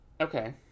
Okay